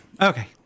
Okay